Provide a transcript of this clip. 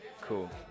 Cool